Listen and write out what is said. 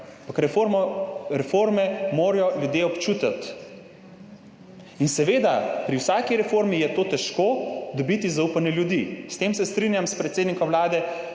reforme morajo ljudje občutiti. Seveda, pri vsaki reformi je težko dobiti zaupanje ljudi, s tem se strinjam s predsednikom Vlade,